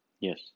Yes